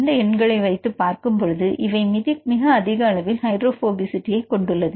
இந்த எண்களை வைத்து பார்க்கும் பொழுது இவை மிக அதிக அளவில் ஹைட்ரோபோபிக் கொண்டுள்ளது